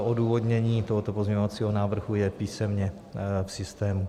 Odůvodnění tohoto pozměňovacího návrhu je písemně v systému.